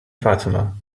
fatima